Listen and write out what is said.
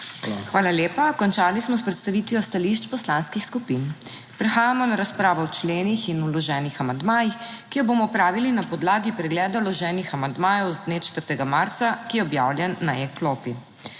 Hvala lepa. Končali smo s predstavitvijo stališč poslanskih skupin. Prehajamo na razpravo o členih in vloženih amandmajih, ki jo bomo opravili na podlagi pregleda vloženih amandmajev z dne 4. marca, ki je objavljen na e-klopi.